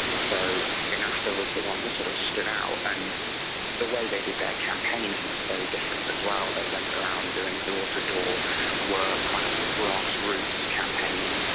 so ennahda was the one that sort of stood out. and the way they did their campaigning was very different as well. they went around doing door-to-door work, kind of grassroots campaigning,